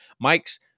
Mike's